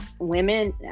women